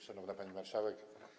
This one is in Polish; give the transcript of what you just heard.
Szanowna Pani Marszałek!